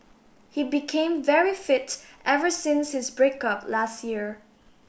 he became very fit ever since his break up last year